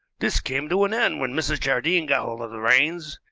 this came to an end when mrs. jardine got hold of the reins.